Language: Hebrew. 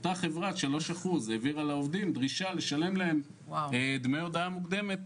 חברת שלוש אחוז העבירה לעובדים דרישה לשלם לה דמי הודעה מוקדמת.